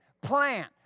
plant